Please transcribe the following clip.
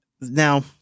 now